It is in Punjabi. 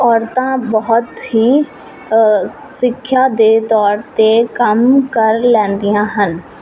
ਔਰਤਾਂ ਬਹੁਤ ਹੀ ਸਿੱਖਿਆ ਦੇ ਤੌਰ 'ਤੇ ਕੰਮ ਕਰ ਲੈਂਦੀਆਂ ਹਨ